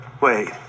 Wait